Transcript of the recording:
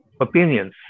opinions